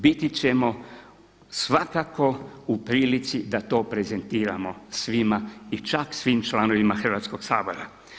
Biti ćemo svakako u prilici da to prezentiramo svima i čak svim članovima Hrvatskoga sabora.